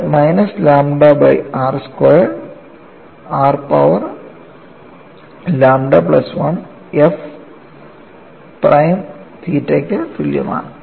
അത് minus lambda by r squared r power lambda plus 1 f prime theta യ്ക്ക് തുല്യമാണ്